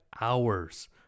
hours